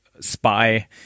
spy